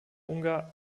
ungar